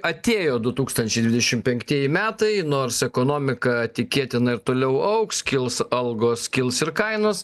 atėjo du tūkstančiai dvidešim penktieji metai nors ekonomika tikėtina ir toliau augs kils algos kils ir kainos